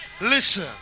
listen